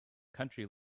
country